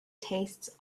tastes